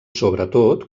sobretot